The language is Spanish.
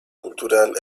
cultural